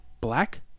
black